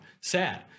Sad